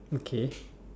okay